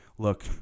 Look